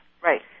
right